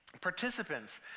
participants